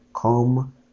come